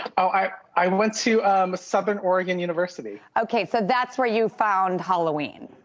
oh, i i went to southern oregon university. okay, so that's where you found halloween?